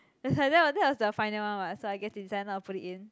that's why that that was the final one [what] so I guess they decided not to put it in